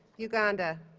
uganda